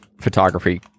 photography